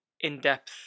in-depth